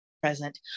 present